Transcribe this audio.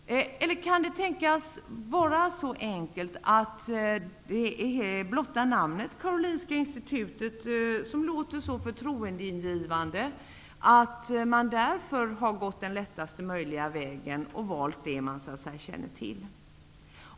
Kan det vara så enkelt att blotta namnet Karolinska institutet låter så förtroendeingivande, att man därför har gått den lättaste möjliga vägen och valt det man känner till?